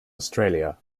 australia